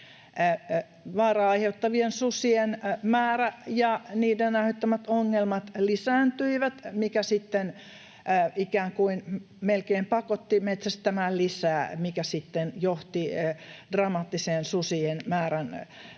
vaaraa aiheuttavien susien määrä ja niiden aiheuttamat ongelmat lisääntyivät, mikä sitten ikään kuin melkein pakotti metsästämään lisää, mikä sitten johti dramaattiseen susien määrän